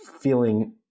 feeling